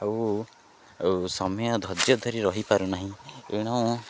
ଆଉ ଆଉ ସମୟ ଧୈର୍ଯ୍ୟ ଧରି ରହିପାରୁନାହିଁ ଏଣୁ